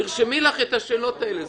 תרשמי לך את השאלות האלה.